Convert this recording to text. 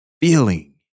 feeling